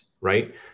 Right